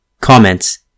Comments